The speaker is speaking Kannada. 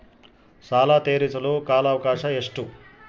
ಸಾಲ ತೇರಿಸಲು ಕಾಲ ಅವಕಾಶ ಎಷ್ಟು?